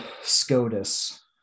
scotus